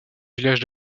village